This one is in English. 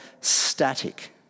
static